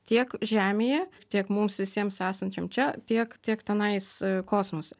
tiek žemėje tiek mums visiems esančiam čia tiek tiek tenais kosmose